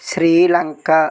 Sri Lanka